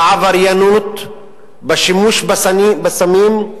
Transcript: בעבריינות, בשימוש בסמים,